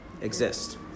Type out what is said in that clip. exist